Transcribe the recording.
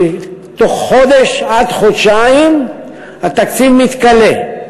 שבתוך חודש עד חודשיים התקציב מתכלה.